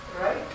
right